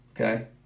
Okay